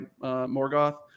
Morgoth